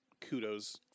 kudos